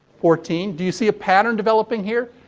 fourteen. do you see a pattern developing here?